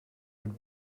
would